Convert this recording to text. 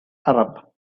arab